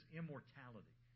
immortality